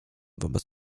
wobec